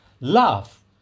Love